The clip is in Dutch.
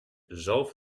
zalf